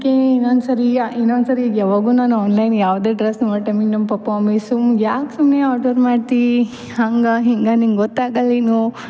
ಅದಕ್ಕೆ ಇನ್ನೊಂದು ಸರೀ ಇನ್ನೊಂದು ಸರಿ ಯಾವಾಗೋ ನಾನು ಆನ್ಲೈನ್ ಯಾವುದೇ ಡ್ರೆಸ್ ಮಾಡೋ ಟೈಮಿಗೆ ನಮ್ಮ ಪಪ್ಪಾ ಮಮ್ಮಿ ಸುಮ್ ಯಾಕೆ ಸುಮ್ಮನೆ ಆರ್ಡರ್ ಮಾಡ್ತಿ ಹಂಗೆ ಹಿಂಗೆ ನಿಂಗೆ ಗೊತ್ತಾಗಲ್ಲೆನೂ